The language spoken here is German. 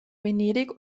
venedig